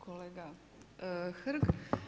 Kolega Hrg.